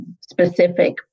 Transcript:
specific